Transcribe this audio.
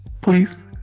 Please